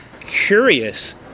curious